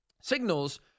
signals